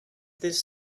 this